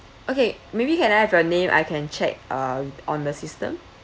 okay maybe can I have your name I can check uh on the system